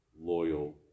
loyal